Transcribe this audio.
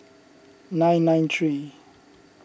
nine nine three